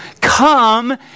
come